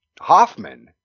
Hoffman